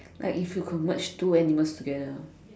like if you could merge two animals together